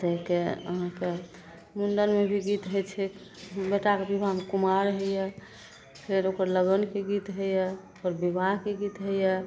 ताहिके अहाँके मुण्डनमे भी गीत होइ छै बेटाके विवाहमे कुमार होइए फेर ओकर लगनके गीत होइए फेर विवाहके गीत होइए